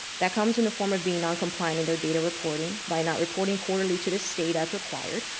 that comes in the form of being non-compliant in their data reporting, by not reporting quarterly to the state as required,